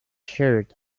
shirt